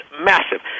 massive